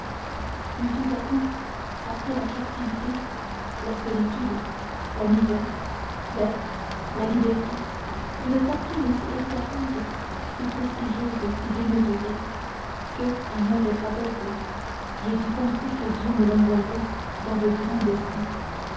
puis tout à coup après la captivité la solitude la misère l'air la liberté une fortune si éclatante si prestigieuse si démesurée que à moins d'être aveugle j'ai dû penser que dieu me l'envoyait dans de grands desseins